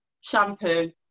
shampoo